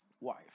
wife